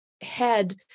head